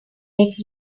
makes